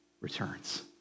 returns